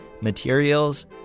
Materials